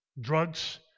drugs